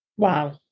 Wow